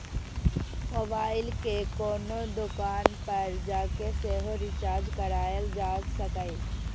mobile कें कोनो दोकान पर जाके सेहो रिचार्ज कराएल जा सकैए